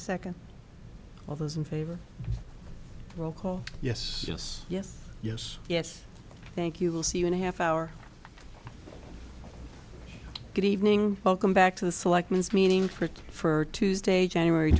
second all those in favor roll call yes yes yes yes yes thank you we'll see you in a half hour good evening welcome back to the selections meaning for for tuesday january